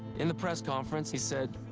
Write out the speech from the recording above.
in the press conference he said,